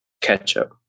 ketchup